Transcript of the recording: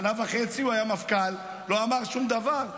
שנה וחצי הוא היה מפכ"ל, לא אמר שום דבר.